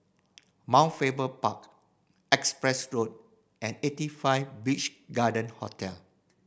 Mount Faber Park Empress Road and Eighty Five Beach Garden Hotel